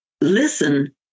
listen